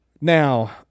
Now